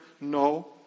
no